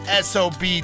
SOB